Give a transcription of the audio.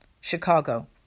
Chicago